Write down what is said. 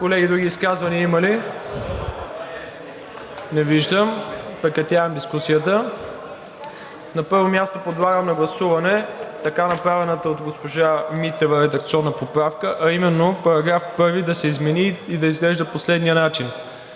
Колеги, други изказвания има ли? Не виждам. Прекратявам дискусията. На първо място подлагам на гласуване направената от госпожа Митева редакционна поправка, а именно: § 1 да се измени и да изглежда по следния начин: